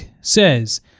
says